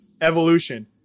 evolution